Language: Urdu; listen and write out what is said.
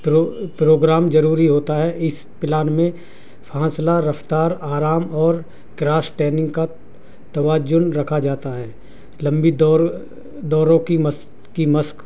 پرو پروگرام ضروری ہوتا ہے اس پلان میں فاصلہ رفتار آرام اور کراس ٹریننگ کا توازن رکھا جاتا ہے لمبی دور دوروں کی مس کی مشق